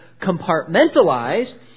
compartmentalized